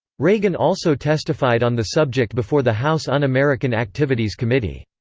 reagan also testified on the subject before the house un-american activities committee.